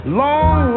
long